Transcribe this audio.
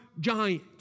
giant